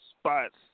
spots